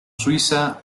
suiza